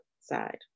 side